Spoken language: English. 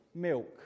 Milk